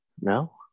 No